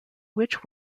which